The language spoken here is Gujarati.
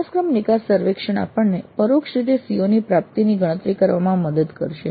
અભ્યાસક્રમ નિકાસ સર્વેક્ષણ આપણને પરોક્ષ રીતે CO ની પ્રાપ્તિની ગણતરી કરવામાં મદદ કરશે